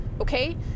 okay